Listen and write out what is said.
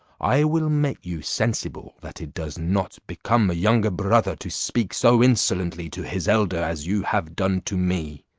i will make you sensible that it does not become a younger brother to speak so insolently to his elder as you have done to me.